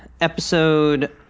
episode